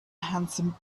handsome